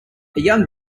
young